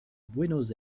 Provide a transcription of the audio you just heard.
buenos